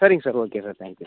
சரிங்க sir okay sir thank you